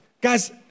Guys